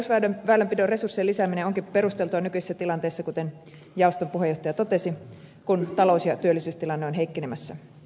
perusväylänpidon resurssien lisääminen onkin perusteltua nykyisessä tilanteessa kuten jaoston puheenjohtaja totesi kun talous ja työllisyystilanne on heikkenemässä